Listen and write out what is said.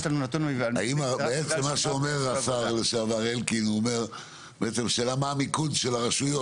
מה שבעצם השר לשעבר אלקין אומר זה שהשאלה היא מה המיקוד של הרשויות.